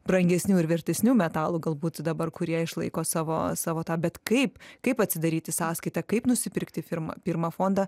brangesnių ir vertesnių metalų galbūt dabar kurie išlaiko savo savo tą bet kaip kaip atsidaryti sąskaitą kaip nusipirkti firmą pirmą fondą